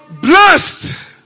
Blessed